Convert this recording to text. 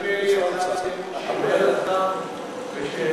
אי-אמון של מרצ גם ושל,